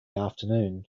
afternoon